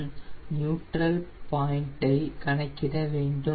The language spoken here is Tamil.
நான் நியூட்ரல் பாயின்ட் ஐ கணக்கிட வேண்டும்